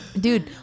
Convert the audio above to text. Dude